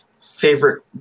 favorite